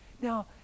Now